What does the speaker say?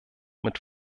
mit